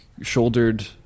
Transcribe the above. shouldered